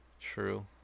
True